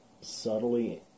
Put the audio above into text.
subtly